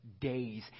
days